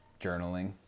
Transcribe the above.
journaling